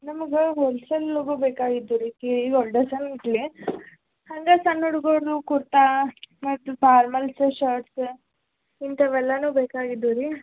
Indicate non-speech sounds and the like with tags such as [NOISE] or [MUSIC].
ನಮಗೆ ಹೋಲ್ ಸೇಲ್ಲಾಗೂ ಬೇಕಾಗಿದ್ದು ರಿ [UNINTELLIGIBLE] ಹಂಗೆ ಸಣ್ಣ ಹುಡುಗರದು ಕುರ್ತಾ ಮತ್ತೆ ಫಾರ್ಮಲ್ಸ್ ಶರ್ಟ್ಸ್ ಇಂಥವೆಲ್ಲವೂ ಬೇಕಾಗಿದ್ದು ರಿ